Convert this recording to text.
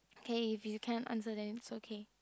okay if you can't answer then is okay